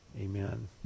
Amen